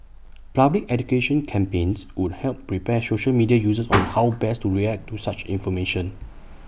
public education campaigns would help prepare social media users on how best to react to such information